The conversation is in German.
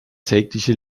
tägliche